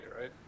right